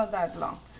ah that long.